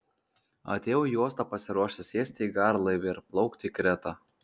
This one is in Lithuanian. atėjau į uostą pasiruošęs sėsti į garlaivį ir plaukti į kretą